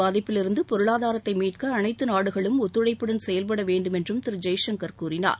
பாதிப்பிலிருந்து பொருளாதாரத்தை மீட்க அனைத்து நாடுகளும் ஒத்துழைப்புடன் செயல்பட வேண்டுமென்றும் திரு ஜெய்சங்கர் கூறினார்